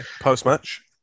Post-match